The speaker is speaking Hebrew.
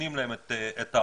נותנים להם את האבטלה,